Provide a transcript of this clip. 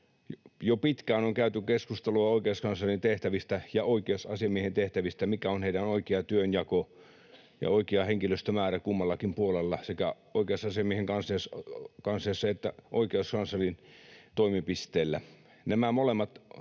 Jo pitkään on käyty keskustelua oikeuskanslerin tehtävistä ja oikeusasiamiehen tehtävistä, siitä mikä on heidän oikea työnjakonsa ja oikea henkilöstömäärä kummallakin puolella, sekä oikeusasiamiehen kansliassa että oikeuskanslerin toimipisteellä.